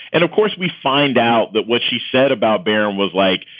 and of course, we find out that what she said about bear and was like,